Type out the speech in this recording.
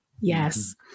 Yes